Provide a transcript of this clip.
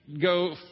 go